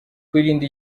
kwirinda